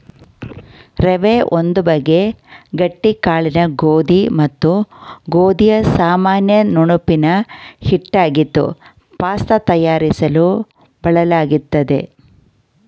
ರವೆ ಒಂದು ಬಗೆ ಗಟ್ಟಿ ಕಾಳಿನ ಗೋಧಿ ಮತ್ತು ಗೋಧಿಯ ಸಾಮಾನ್ಯ ನುಣುಪಿನ ಹಿಟ್ಟಾಗಿದ್ದು ಪಾಸ್ತ ತಯಾರಿಸಲು ಬಳಲಾಗ್ತದೆ